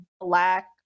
black